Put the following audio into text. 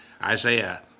Isaiah